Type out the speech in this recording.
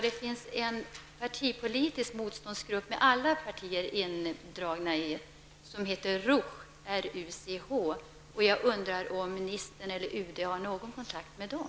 Det finns en partipolitisk motståndsgrupp, där alla partier är med, som heter RUCH. Har ministern eller UD någon kontakt med den?